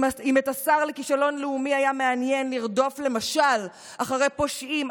אם את השר לכישלון לאומי היה מעניין לרדוף למשל אחרי פושעים,